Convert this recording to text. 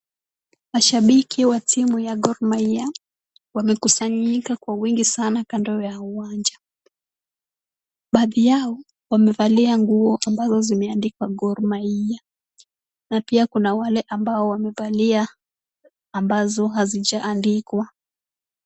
Mashabiki wa timu ya Gor Mahia wamekusanyika kwa wingi sana kando ya uwanja. Baadhi yao wamevalia nguo ambazo zimeandikwa Gor Mahia na pia kuna wale ambao wamevalia ambazo hazijaandikwa.